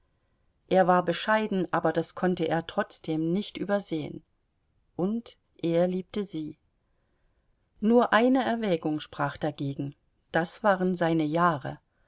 er war bescheiden aber das konnte er trotzdem nicht übersehen und er liebte sie nur eine erwägung sprach dagegen das waren seine jahre